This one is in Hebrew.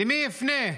למי יפנה?